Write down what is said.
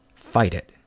fight it.